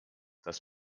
das